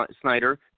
Snyder